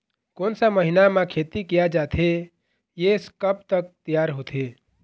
कोन सा महीना मा खेती किया जाथे ये कब तक तियार होथे?